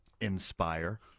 Inspire